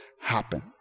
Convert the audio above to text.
happen